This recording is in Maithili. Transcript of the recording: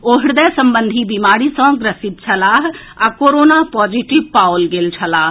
ओ हृदय संबंधी बीमारी सँ ग्रसित छलाह आ कोरोना पॉजिटिव पाओल गेल छलाह